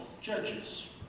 Judges